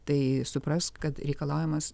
tai suprask kad reikalaujamas